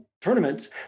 tournaments